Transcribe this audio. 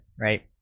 right